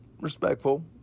respectful